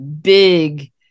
big